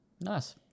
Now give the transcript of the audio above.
nice